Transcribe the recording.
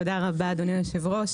תודה רבה אדוני היושב-ראש,